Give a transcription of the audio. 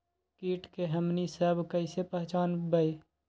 किट के हमनी सब कईसे पहचान बई?